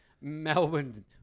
Melbourne